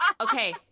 okay